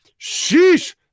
Sheesh